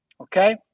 okay